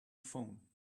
phone